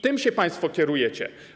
Tym się państwo kierujecie.